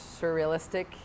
surrealistic